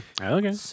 Okay